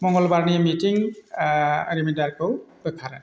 मंगलबारनि meeting रिमाइन्डारखौ बोखार